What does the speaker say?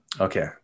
Okay